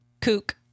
kook